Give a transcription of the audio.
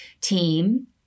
team